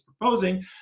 proposing